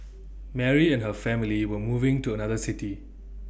Mary and her family were moving to another city